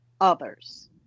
others